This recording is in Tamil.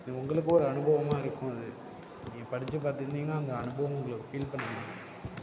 உங்களுக்கும் ஒரு அனுபவமாக இருக்கும் அது நீங்கள் படித்து பார்த்திருந்திங்கன்னா அந்த அனுபவம் உங்களுக்கு ஃபீல் பண்ண